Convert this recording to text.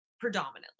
predominantly